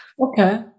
Okay